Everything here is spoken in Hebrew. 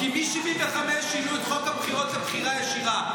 כי ב-1975 שינו את חוק הבחירות לבחירה ישירה.